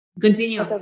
Continue